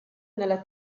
nella